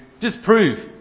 disprove